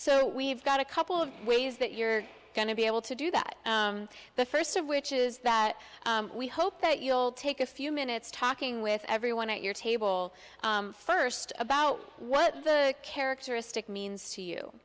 so we've got a couple of ways that you're going to be able to do that the first of which is that we hope that you'll take a few minutes talking with everyone at your table first about what the characteristic means to you